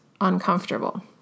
uncomfortable